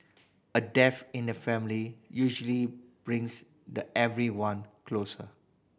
a death in the family usually brings the everyone closer